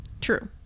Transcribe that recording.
true